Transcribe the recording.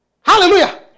Hallelujah